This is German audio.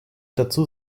dazu